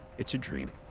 it's a dream.